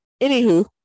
Anywho